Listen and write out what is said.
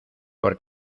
por